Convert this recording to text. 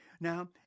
Now